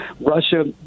russia